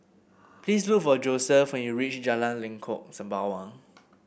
please look for Joseph when you reach Jalan Lengkok Sembawang